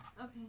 Okay